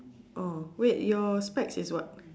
oh wait your specs is what